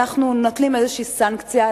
אנחנו נוקטים איזו סנקציה,